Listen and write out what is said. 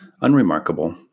unremarkable